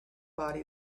body